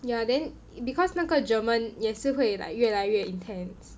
ya then because 那个 German yesterday 也是会 like 越来越 intense